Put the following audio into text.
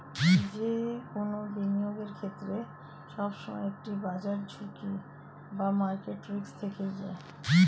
যে কোনো বিনিয়োগের ক্ষেত্রে, সবসময় একটি বাজার ঝুঁকি বা মার্কেট রিস্ক থেকেই যায়